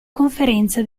conferenza